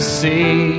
see